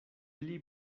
pli